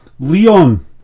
Leon